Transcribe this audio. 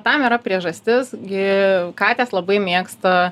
tam yra priežastis gi katės labai mėgsta